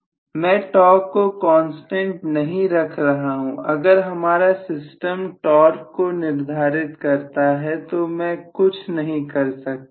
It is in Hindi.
प्रोफेसर मैं टॉर्क को कांस्टेंट नहीं रख रहा हूं अगर हमारा सिस्टम टॉर्क को निर्धारित करता है तो मैं कुछ नहीं कर सकता